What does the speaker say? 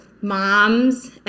moms